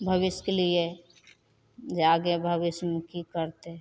भविष्यके लिए जे आगे भविष्यमे कि करतै